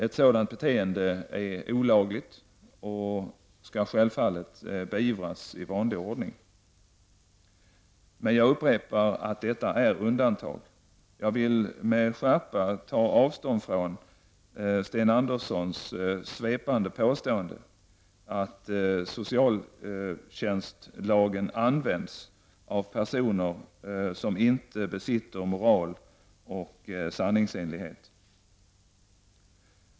Ett sådant beteende är olagligt och skall självfallet beivras i vanlig ordning. Men jag upprepar att detta är undantag. Jag vill med skärpa ta avstånd från Sten Anderssons svepande påstående att socialtjänstlagen används av personer som inte besitter moral och sanningsenlighet.